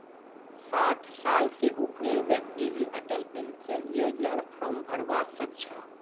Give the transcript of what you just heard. साठ साल स ऊपरेर व्यक्ति ही अटल पेन्शन योजनार फार्म भरवा सक छह